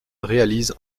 réalise